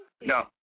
no